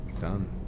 Done